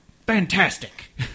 Fantastic